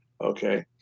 Okay